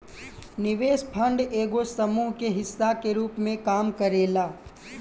निवेश फंड एगो समूह के हिस्सा के रूप में काम करेला